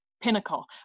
pinnacle